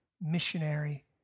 missionary